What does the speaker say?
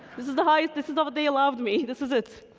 this is the height, this is all they allowed me. this is it,